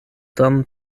done